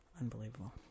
Unbelievable